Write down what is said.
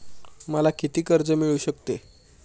मला किती कर्ज मिळू शकते?